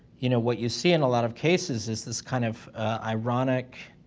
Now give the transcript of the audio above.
you know, what you see in a lot of cases. is this kind of ironic?